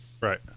Right